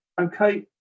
okay